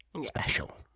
Special